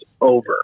over